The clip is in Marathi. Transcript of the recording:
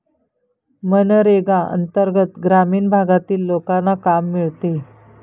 मनरेगा अंतर्गत ग्रामीण भागातील लोकांना काम मिळते